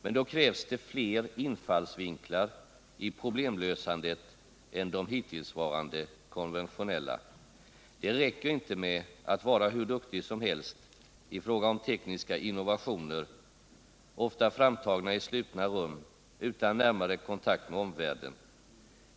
Men då krävs det fler infallsvinklar i problemlösandet än de hittillsvarande konventionella. Det räcker inte med att vara hur duktig som helst i fråga om tekniska innovationer framtagna i slutna rum utan närmare kontakt med omvärlden.